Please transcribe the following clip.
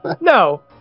No